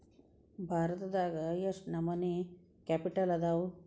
ಭಾರತದಾಗ ಯೆಷ್ಟ್ ನಮನಿ ಕ್ಯಾಪಿಟಲ್ ಅದಾವು?